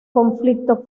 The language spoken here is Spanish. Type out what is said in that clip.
conflicto